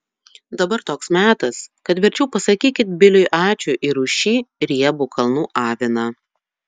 dabar toks metas kad verčiau pasakykit biliui ačiū ir už šį riebų kalnų aviną